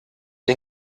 den